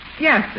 Yes